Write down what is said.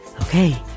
Okay